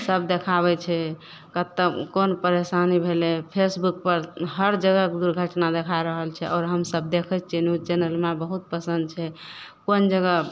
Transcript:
सब देखाबय छै कतऽ कोन परेशानी भेलय फेसबुकपर हर जगहके दुर्घटना देखा रहल छै आओर हमसब देखय छियै न्यूज चैनल हमरा बहुत पसन्द छै कोन जगह